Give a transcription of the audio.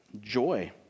joy